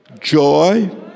joy